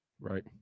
Right